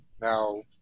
Now